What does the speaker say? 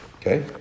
Okay